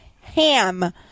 Ham